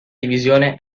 divisione